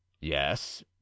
Yes